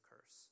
curse